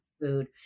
food